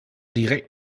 direkt